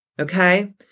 Okay